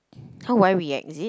how would I react is it